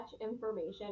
information